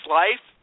life